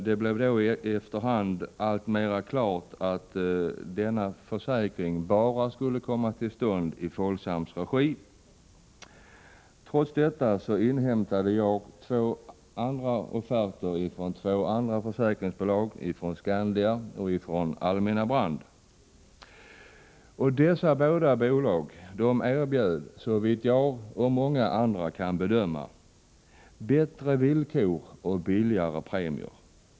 Det blev då efterhand alltmera klart att denna försäkring bara skulle komma till stånd i Folksams regi — detta trots att jag hade inhämtat offerter från två andra försäkringsbolag, nämligen Skandia och Allmänna Brand. Dessa båda bolag erbjöd i detta fall, såvitt jag och många andra kunde bedöma, både bättre villkor och lägre premier.